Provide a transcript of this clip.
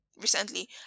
recently